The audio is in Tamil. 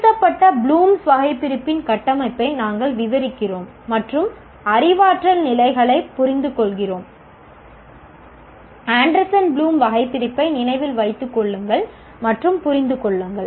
திருத்தப்பட்ட புளூம்ஸ் வகைபிரிப்பின் கட்டமைப்பை நாங்கள் விவரிக்கிறோம் மற்றும் அறிவாற்றல் நிலைகளைப் புரிந்துகொள்கிறோம் ஆண்டர்சன் ப்ளூம் வகைபிரிப்பை நினைவில் வைத்துக் கொள்ளுங்கள் மற்றும் புரிந்து கொள்ளுங்கள்